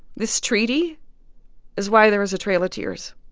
this treaty is why there was a trail of tears,